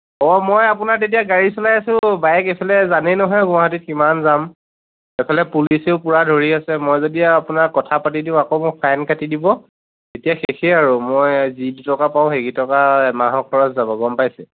অঁ মই আপোনাৰ তেতিয়া গাড়ী চলাই আছোঁ বাইক এইফালে জানেই নহয় গুৱাহাটীত কিমান জাম এইফালে পুলিছেও পূৰা ধৰি আছে মই যদি আপোনাৰ কথা পাতি দিও আকৌ মোৰ ফাইন কাটি দিব তেতিয়া শেষেই আৰু মই যি কেইটকা পাওঁ সেই কেইটকা এমাহৰ পৰা যাব গম পাইছে